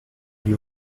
lui